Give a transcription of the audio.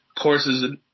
Courses